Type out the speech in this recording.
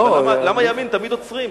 אבל למה את הימין תמיד עוצרים?